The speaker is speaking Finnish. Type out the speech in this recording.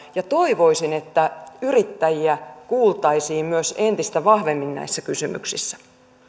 ja toivoisin että yrittäjiä kuunneltaisiin myös entistä vahvemmin näissä kysymyksissä